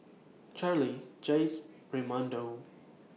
Charley Jace Raymundo